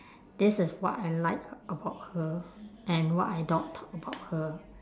this is what I like about her and what I don't talk about her